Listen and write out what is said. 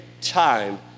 time